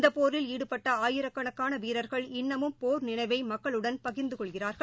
இந்த போரில் ஈடுபட்ட ஆயிரக்கணக்கான வீரர்கள் இன்னமும் போர் நினைவை மக்களுடன் பகிர்ந்து கொள்கிறார்கள்